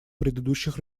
предыдущих